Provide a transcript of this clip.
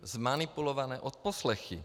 Zmanipulované odposlechy.